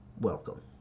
welcome